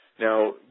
Now